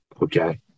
Okay